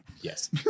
Yes